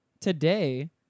today